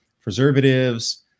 preservatives